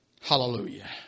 Hallelujah